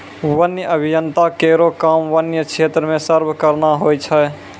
वन्य अभियंता केरो काम वन्य क्षेत्र म सर्वे करना होय छै